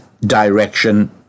direction